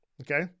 okay